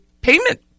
payment